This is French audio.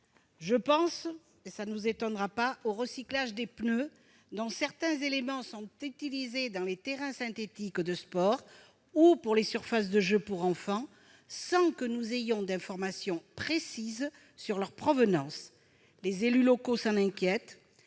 Je pense- vous n'en serez pas étonnés -au recyclage des pneus, dont certains éléments sont utilisés pour la construction de terrains synthétiques de sport ou de surfaces de jeu pour les enfants, sans que nous ayons d'informations précises sur leur provenance. Les élus locaux s'en inquiètent.